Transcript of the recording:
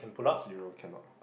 zero cannot